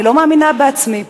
אני לא מאמינה בעצמי.